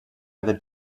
other